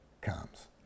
comes